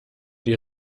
die